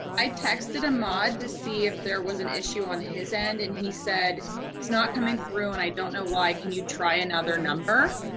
i texted ahmad to see if there was an issue on his end, and he said it's not coming through. and i don't know why can you try another number?